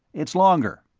it's longer.